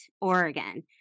Oregon